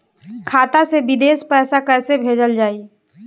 खाता से विदेश पैसा कैसे भेजल जाई?